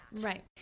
Right